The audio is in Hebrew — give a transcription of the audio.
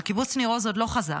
אבל קיבוץ ניר עוז עוד לא חזר.